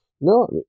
No